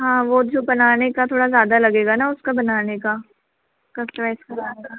हाँ वह जो बनाने का थोड़ा ज़्यादा लगेगा ना उसका बनाने का कस्टराइज़ कराने का